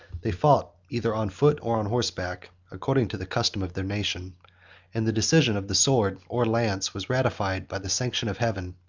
they fought either on foot, or on horseback, according to the custom of their nation and the decision of the sword, or lance, was ratified by the sanction of heaven,